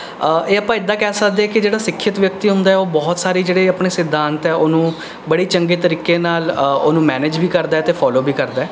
ਇਹ ਆਪਾਂ ਇੱਦਾਂ ਕਹਿ ਸਕਦੇ ਹੈ ਕਿ ਜਿਹੜਾ ਸਿੱਖਿਅਤ ਵਿਅਕਤੀ ਹੁੰਦਾ ਹੈ ਉਹ ਬਹੁਤ ਸਾਰੇ ਜਿਹੜੇ ਆਪਣੇ ਸਿਧਾਂਤ ਨੇ ਉਹਨਾਂ ਨੂੰ ਬੜੇ ਚੰਗੇ ਤਰੀਕੇ ਨਾਲ ਉਹਨਾਂ ਨੂੰ ਮੈਨੇਜ ਵੀ ਕਰਦਾ ਅਤੇ ਫੋਲੋ ਵੀ ਕਰਦਾ ਹੈ